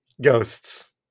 Ghosts